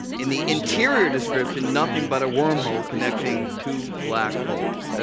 in the interior description, nothing but a wormhole connecting two black holes. ah